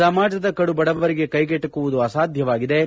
ಸಮಾಜದ ಕಡು ಬಡವರಿಗೆ ಕೈಗೆಟುಕುವದು ಅಸಾಧ್ಯವಾಗಿದ್ದು